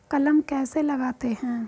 कलम कैसे लगाते हैं?